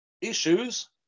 issues